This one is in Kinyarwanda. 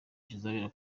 kizabera